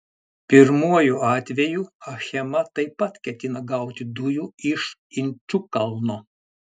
pirmuoju atveju achema taip pat ketina gauti dujų iš inčukalno